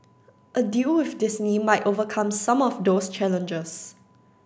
a deal with Disney might overcome some of those challenges